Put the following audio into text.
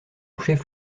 chef